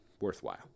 worthwhile